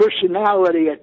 personality